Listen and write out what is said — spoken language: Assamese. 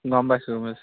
গম পাইছোঁ মিছ